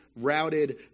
routed